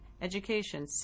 Education